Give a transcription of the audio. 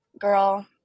girl